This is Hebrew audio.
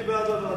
אני בעד לוועדה.